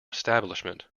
establishment